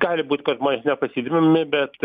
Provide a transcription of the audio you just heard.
gali būt kad žmonės nepasidomi bet